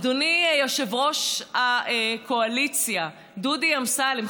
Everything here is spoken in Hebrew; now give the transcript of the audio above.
אדוני יושב-ראש הקואליציה דודי אמסלם,